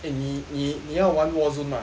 eh 你你你要玩 war zone mah